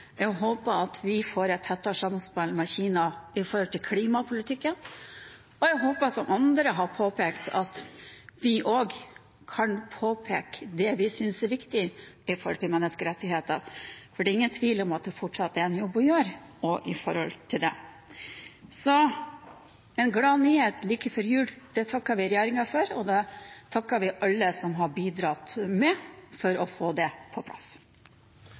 Jeg håper vi får et tettere samspill med Kina i klimapolitikken, og jeg håper – som andre har påpekt – at vi også kan påpeke det vi synes er viktig når det gjelder menneskerettighetene. Det er ingen tvil om at det fortsatt er en jobb å gjøre på det området. En gladnyhet like før jul – det takker vi regjeringen for, og vi takker alle som har bidratt til å få dette på plass.